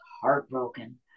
heartbroken